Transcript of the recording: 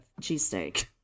cheesesteak